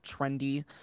trendy